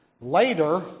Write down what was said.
Later